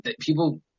people